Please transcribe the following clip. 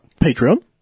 Patreon